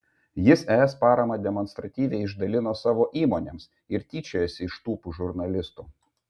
jis es paramą demonstratyviai išdalino savo įmonėms ir tyčiojosi iš tūpų žurnalistų